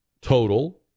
total